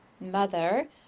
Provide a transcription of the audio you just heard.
mother